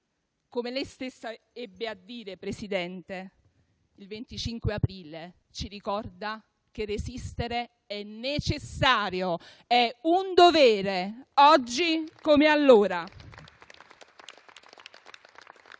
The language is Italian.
Come lei stesso ebbe a dire, Presidente, il 25 aprile ci ricorda che resistere è necessario, è un dovere, oggi come allora.